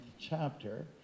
chapter